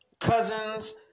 cousins